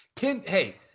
Hey